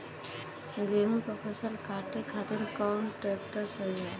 गेहूँक फसल कांटे खातिर कौन ट्रैक्टर सही ह?